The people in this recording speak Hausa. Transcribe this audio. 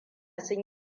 sun